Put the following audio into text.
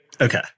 Okay